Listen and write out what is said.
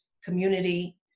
community